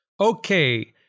Okay